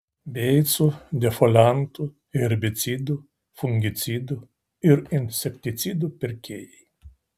beicų defoliantų herbicidų fungicidų ir insekticidų pirkėjai